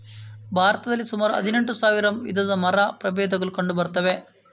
ಭಾರತದಲ್ಲಿ ಸುಮಾರು ಹದಿನೆಂಟು ಸಾವಿರ ವಿಧದ ಮರ ಪ್ರಭೇದಗಳು ಕಂಡು ಬರ್ತವೆ